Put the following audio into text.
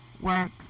work